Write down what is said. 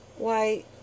Why